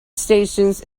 stations